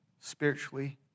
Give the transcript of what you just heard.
spiritually